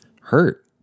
hurt